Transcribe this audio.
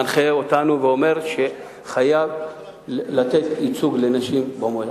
הוא מנחה אותנו ואמר שחייבים לתת ייצוג לנשים במועצות.